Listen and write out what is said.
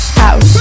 house